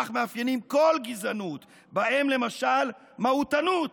שבהכרח מאפיינים כל גזענות, ובהם למשל מהותנות,